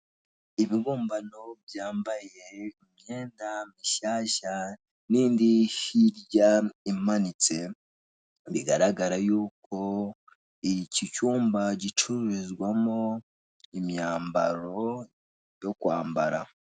Ibibumbano byambaye imyenda mishyashya, n'indi hirya imanitse, bigaragara y'uko iki cyumba gicururizwamo imyambaro yo kwambara.